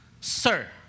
sir